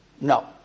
No